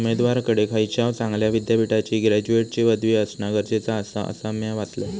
उमेदवाराकडे खयच्याव चांगल्या विद्यापीठाची ग्रॅज्युएटची पदवी असणा गरजेचा आसा, असा म्या वाचलंय